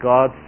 God